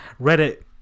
Reddit